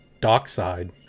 Dockside